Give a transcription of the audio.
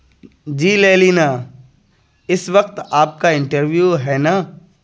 جی لیلینہ اس وقت آپ کا انٹرویو ہے نا